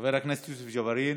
חבר הכנסת יוסף ג'בארין.